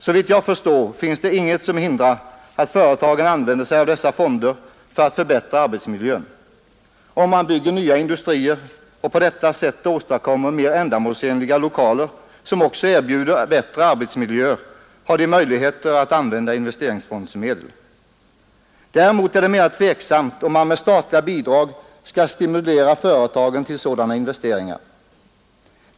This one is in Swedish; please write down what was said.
Såvitt jag förstår finns det inget som hindrar att företagen använder sig av dessa fonder för att förbättra arbetsmiljön. Om de bygger nya industrier och på detta sätt åstadkommer mera ändamålsenliga lokaler, som också erbjuder bättre arbetsmiljö, har de möjligheter att använda investeringsfondsmedel. Däremot är det mera tveksamt om man med statliga bidrag skall stimulera företagen till sådana investeringar.